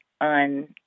on